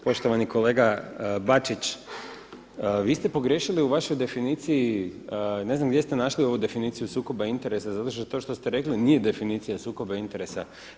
Poštovani kolega Bačić, vi ste pogriješili u vašoj definiciji ne znam gdje ste našli ovu definiciju sukoba interesa, zato što to što ste rekli nije definicija sukoba interesa.